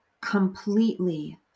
completely